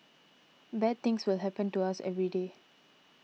bad things will happen to us every day